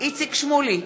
איציק שמולי,